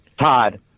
Todd